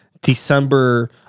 December